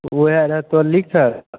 वएह रहतो लिखल